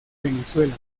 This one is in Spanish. venezuela